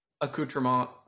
accoutrement